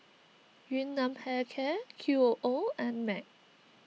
Yun Nam Hair Care Qoo and Mac